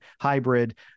hybrid